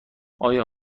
آیا